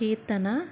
కీర్తన